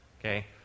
Okay